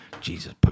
Jesus